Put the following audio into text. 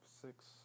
six